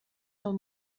del